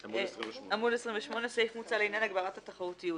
ע"מ 28, סעיף מוצע לעניין הגברת התחרותיות.